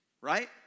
Right